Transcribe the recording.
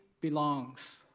belongs